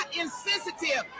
insensitive